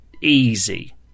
easy